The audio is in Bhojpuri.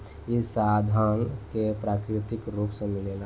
ई संसाधन के प्राकृतिक रुप से मिलेला